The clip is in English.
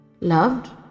loved